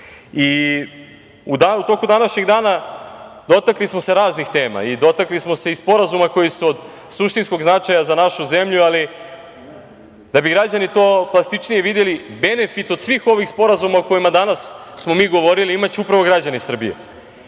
toku današnjeg dana dotakli smo se raznih tema, dotakli smo se i sporazuma koji su od suštinskog značaja za našu zemlju, ali da bi građani to plastičnije videli, benefit od svih ovih sporazuma o kojima smo danas mi govorili imaće upravo građani Srbije,